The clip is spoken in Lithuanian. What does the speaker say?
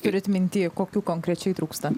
turit minty kokių konkrečiai trūksta